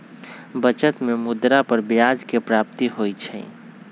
बचत में मुद्रा पर ब्याज के प्राप्ति होइ छइ